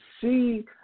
see